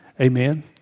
Amen